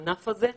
הענף הזה בקריסה.